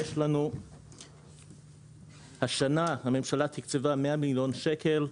יש לנו השנה הממשלה תקצבה 100 מיליון שקל,